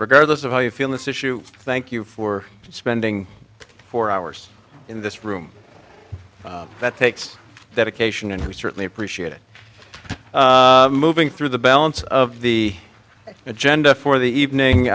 regardless of how you feel this issue thank you for spending four hours in this room that takes dedication and we certainly appreciate it moving through the balance of the agenda for the evening